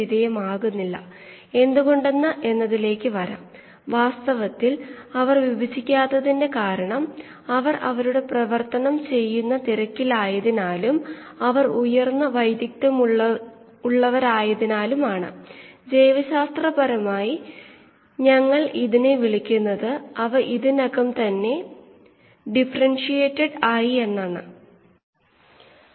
നിങ്ങൾ മറ്റൊരു രീതിയിൽ ഒരു കീമോസ്റ്റാറ്റ് ഉപയോഗിക്കുന്നില്ലെങ്കിൽ ഇതാണ് സാധാരണ പ്രവർത്തന രീതി മറ്റൊരു കീമോസ്റ്റാറ്റിൽ അടുപ്പിച്ചിരിക്കാം അല്ലെങ്കിൽ മറ്റൊരു ബയോ റിയാക്ടറിൽ ഘടിപ്പിച്ചിരിക്കാം